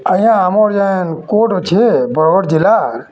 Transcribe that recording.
ଆଜ୍ଞା ଆମର୍ ଯେନ୍ କୋର୍ଟ୍ ଅଛେ ବର୍ଗଡ଼୍ ଜିଲ୍ଲା